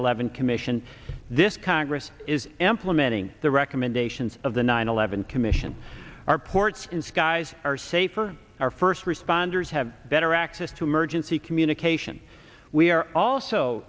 eleven commission this congress is implementing the recommendations of the nine eleven commission our ports in skies are safer our first responders have better access to emergency communication we are also